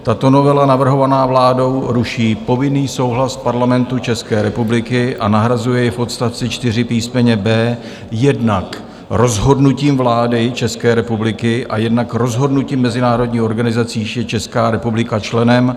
Tato novela navrhovaná vládou ruší povinný souhlas Parlamentu České republiky a nahrazuje jej v odst. 4 písm. b) jednak rozhodnutím vlády České republiky a jednak rozhodnutím mezinárodních organizací, jichž je Česká republika členem.